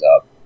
up